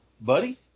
Buddy